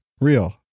real